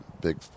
big